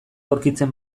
aurkitzen